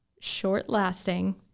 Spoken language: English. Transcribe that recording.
short-lasting